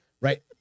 right